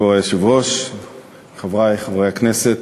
כבוד היושב-ראש, תודה רבה, חברי חברי הכנסת,